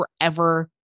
forever